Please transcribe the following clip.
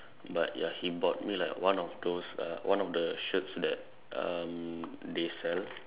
but ya he bought me like one of those uh one of the shirts that um they sell